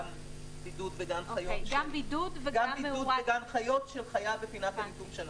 גם בידוד בגן חיות של חיה בפינת ליטוף שנשכה,